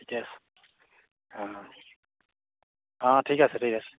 ঠিকে আছে অঁ অঁ ঠিক আছে ঠিক আছে